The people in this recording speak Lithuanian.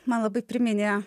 man labai priminė